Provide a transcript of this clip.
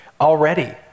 already